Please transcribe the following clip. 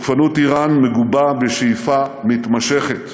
תוקפנות איראן מגובה בשאיפה מתמשכת